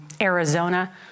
Arizona